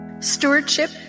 Stewardship